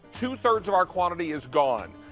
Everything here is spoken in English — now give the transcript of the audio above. two-thirds of our quantity is gone.